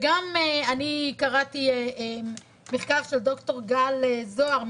אני קראתי מחקר של ד"ר גל זוהר,